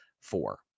four